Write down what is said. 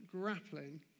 grappling